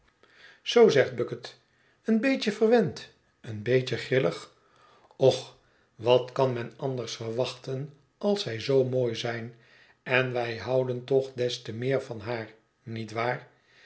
zoo zegt bucket een beetje verwend een beetje grillig och wat kan men anders verwachten als zij zoo mooi zijn en wij houden toch des te meer van haar niet waar